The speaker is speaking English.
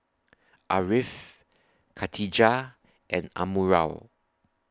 Ariff Katijah and Amirul